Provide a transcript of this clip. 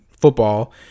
football